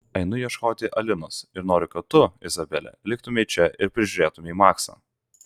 einu ieškoti alinos ir noriu kad tu izabele liktumei čia ir prižiūrėtumei maksą